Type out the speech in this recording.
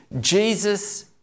Jesus